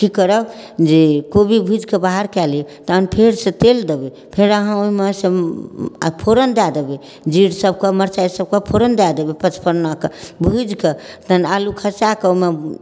कि करब जे कोबी भुजिकऽ बाहर कऽ लेब तहन फेरसँ तेल देबै फेर अहाँ ओहिमेसँ फोरन दऽ देबै जीर सबके मिरचाइ सबके फोरन दऽ देबै पचफोरनाके भुजिकऽ तहन आलू खसाकऽ ओहिमे